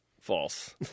False